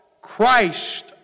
Christ